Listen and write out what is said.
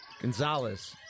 Gonzalez